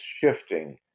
shifting